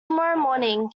morning